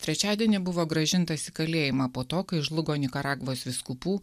trečiadienį buvo grąžintas į kalėjimą po to kai žlugo nikaragvos vyskupų